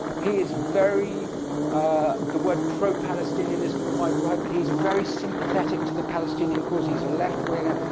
he is very ah the word pro-palestinian isn't quite right, but he's very sympathetic to the palestinian cause. he's a left-winger,